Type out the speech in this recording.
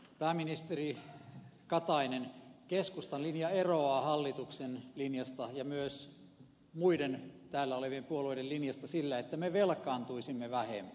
pääministeri katainen keskustan linja eroaa hallituksen linjasta ja myös muiden täällä olevien puolueiden linjasta siinä että me velkaantuisimme vähemmän